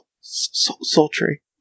sultry